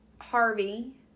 Harvey